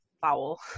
foul